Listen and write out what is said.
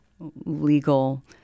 legal